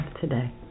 today